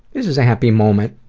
this is a happy moment,